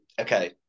okay